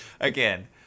Again